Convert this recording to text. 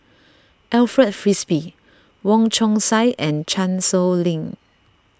Alfred Frisby Wong Chong Sai and Chan Sow Lin